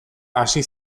hasi